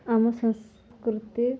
ଆମ ସଂସ୍କୃତି